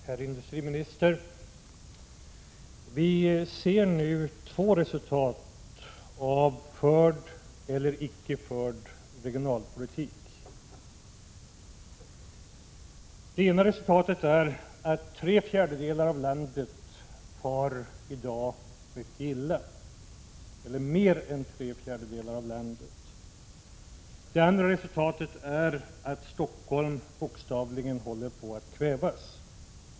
Herr talman! Vi ser nu, herr industriminister, två resultat av förd — eller icke förd — regionalpolitik. Det ena resultatet är att mer än tre fjärdedelar av landet i dag far mycket illa. Det andra resultatet är att Stockholm bokstavligen håller på att kvävas.